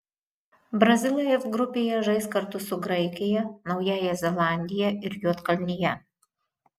brazilai f grupėje žais kartu su graikija naująja zelandija ir juodkalnija